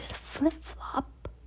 flip-flop